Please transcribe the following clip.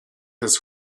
his